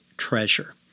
treasure